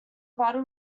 vital